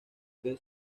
que